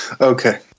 Okay